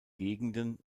gegenden